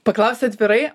paklausiu atvirai